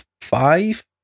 five